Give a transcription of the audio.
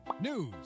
news